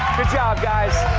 good job, guys.